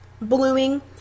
blooming